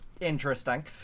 interesting